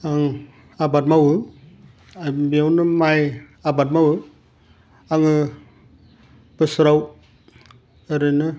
आं आबाद मावो बेयावनो माय आबाद मावो आङो बोसोराव ओरैनो